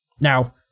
Now